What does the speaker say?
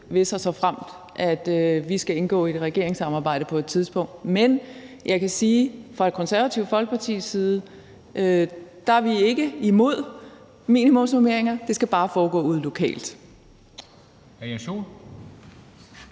hvis og såfremt vi skal indgå i et regeringssamarbejde på et tidspunkt, men jeg kan sige, at vi fra Det Konservative Folkepartis side ikke er imod minimumsnormeringer. Det skal bare foregå ude lokalt.